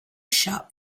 shop